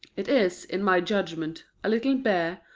it is, in my judgment, a little bare,